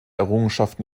errungenschaft